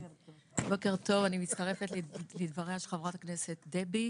אני מצטרפת לדבריה של חברת הכנסת דבי.